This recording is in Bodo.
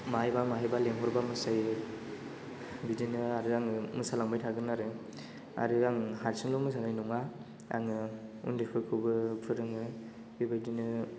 बहाबा बहाबा लिंह'रबा मोसायो बिदिनो आरो आङो मोसालांबाय थागोन आरो आं हारसिंल' मोसानाय नङा आङो उन्दैफोरखौबो फोरोङो बेबायदिनो